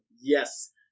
Yes